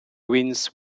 wins